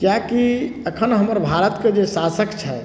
किएकि अखन हमर भारत के जे शासक छथि